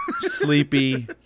sleepy